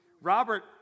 Robert